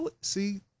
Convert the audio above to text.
See